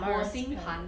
Mars palette